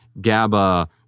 GABA